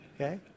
Okay